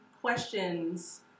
questions